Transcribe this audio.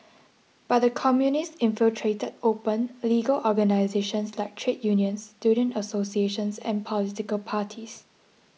but the Communists infiltrated open legal organisations like trade unions student associations and political parties